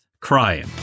Crying